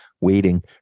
waiting